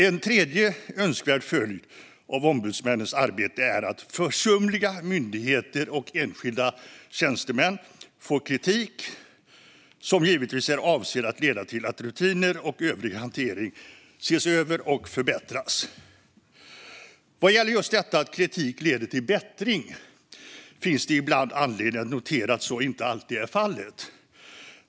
Ytterligare en önskvärd följd av ombudsmännens arbete är att försumliga myndigheter och enskilda tjänstemän får kritik, som givetvis är avsedd att leda till att rutiner och övrig hantering ses över och förbättras. Vad gäller just att kritik leder till bättring finns det ibland anledning att notera att så inte alltid är fallet.